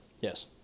yes